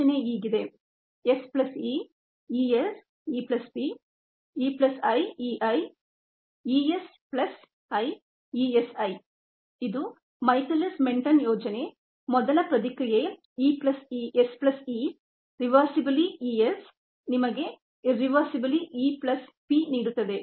ಯೋಜನೆ ಹೀಗಿದೆ ಇದು ಮೈಕೆಲಿಸ್ ಮೆನ್ಟನ್ ಯೋಜನೆ ಮೊದಲ ಪ್ರತಿಕ್ರಿಯೆ S plus E reversibly E S ನಿಮಗೆ ಇರ್ರೀವೆರ್ಸಿಬ್ಲೆ E ಪ್ಲಸ್ P ನೀಡುತ್ತದೆ